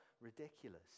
ridiculous